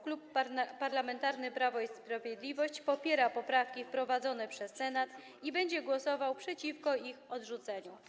Klub Parlamentarny Prawo i Sprawiedliwość popiera poprawki wprowadzone przez Senat i będzie głosował przeciwko ich odrzuceniu.